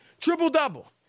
Triple-double